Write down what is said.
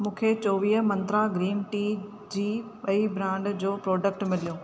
मूंखे चोवीह Mantra green tea जी ॿई ब्रांड जो प्रोडक्ट मिलियो